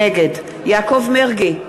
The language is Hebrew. נגד יעקב מרגי,